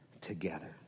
together